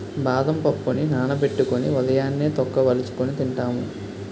బాదం పప్పుని నానబెట్టుకొని ఉదయాన్నే తొక్క వలుచుకొని తింటాము